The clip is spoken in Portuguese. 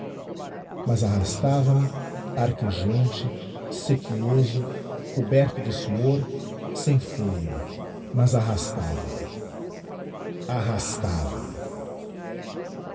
mas arrastava me arquejante sequioso coberto de suor sem fôlego mas arrastava me arrastava me afinal